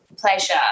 pleasure